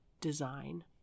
design